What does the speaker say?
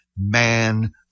man